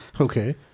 Okay